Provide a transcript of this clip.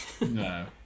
No